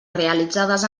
realitzades